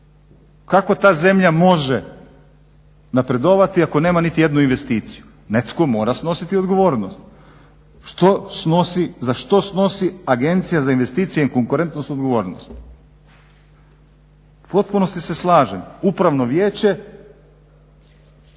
Kako ta zemlja može napredovati ako nema niti jednu investiciju. Netko mora snositi odgovornost. Za što snosi Agencija za investicije i konkurentnost odgovornost? U potpunosti se slažem. Upravno vijeće,